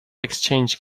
exchange